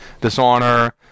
dishonor